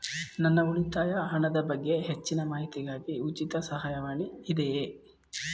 ನನ್ನ ಉಳಿತಾಯ ಹಣದ ಬಗ್ಗೆ ಹೆಚ್ಚಿನ ಮಾಹಿತಿಗಾಗಿ ಉಚಿತ ಸಹಾಯವಾಣಿ ಇದೆಯೇ?